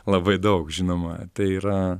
labai daug žinoma tai yra